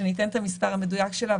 שניתן את המספר המדויק שלה,